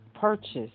purchase